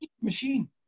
machine